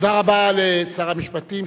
תודה רבה לשר המשפטים,